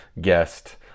guest